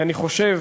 ואני חושב